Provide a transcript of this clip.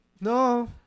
No